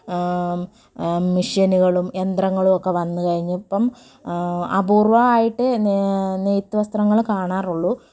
മിഷ്യനുകളും യന്ത്രങ്ങളും ഒക്കെ വന്ന് കഴിഞ്ഞു ഇപ്പം അപൂർവ്വമായിട്ട് നെയ്ത്ത് വസ്ത്രങ്ങൾ കാണാറുള്ളൂ